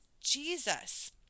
Jesus